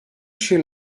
she